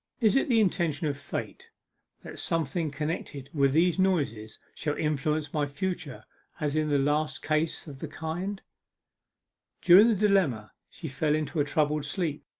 is it the intention of fate that something connected with these noises shall influence my future as in the last case of the kind during the dilemma she fell into a troubled sleep,